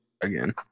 again